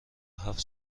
هفت